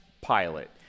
pilot